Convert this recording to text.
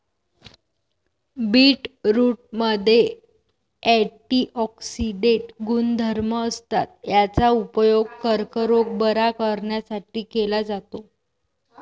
बीटरूटमध्ये अँटिऑक्सिडेंट गुणधर्म असतात, याचा उपयोग कर्करोग बरा करण्यासाठी केला जातो